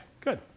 good